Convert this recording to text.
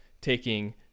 taking